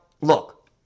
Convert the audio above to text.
look